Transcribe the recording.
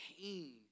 pain